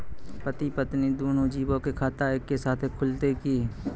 पति पत्नी दुनहु जीबो के खाता एक्के साथै खुलते की?